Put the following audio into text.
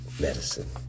medicine